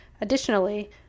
Additionally